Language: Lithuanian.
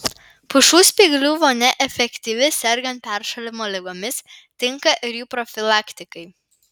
pušų spyglių vonia efektyvi sergant peršalimo ligomis tinka ir jų profilaktikai